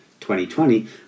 2020